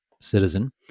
citizen